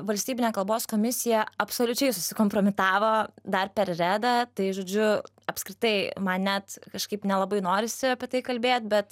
valstybinė kalbos komisija absoliučiai susikompromitavo dar per redą tai žodžiu apskritai man net kažkaip nelabai norisi apie tai kalbėt bet